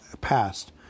passed